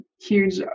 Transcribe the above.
huge